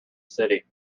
city